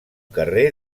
carrer